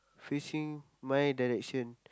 facing my direction